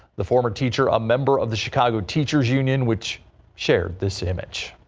the former teacher a member of the chicago teachers union which shared this image.